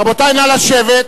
רבותי, נא לשבת.